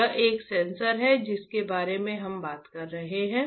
यह एक सेंसर है जिसके बारे में हम बात कर रहे हैं